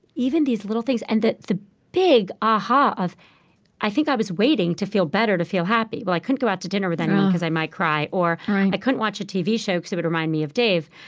even these little things. and that the big a-ha um ah of i think i was waiting to feel better to feel happy. well, i couldn't go out to dinner with anyone because i might cry, or i couldn't watch a tv show because it would remind me of of dave.